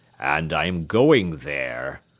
and i am going there,